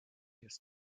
his